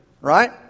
right